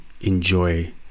enjoy